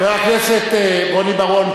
חבר הכנסת רוני בר-און,